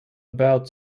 about